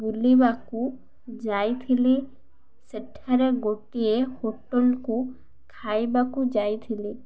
ବୁଲିବାକୁ ଯାଇଥିଲି ସେଠାରେ ଗୋଟିଏ ହୋଟେଲ୍କୁ ଖାଇବାକୁ ଯାଇଥିଲି